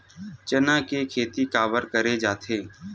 चना के खेती काबर करे जाथे?